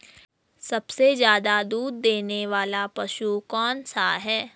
सबसे ज़्यादा दूध देने वाला पशु कौन सा है?